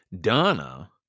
Donna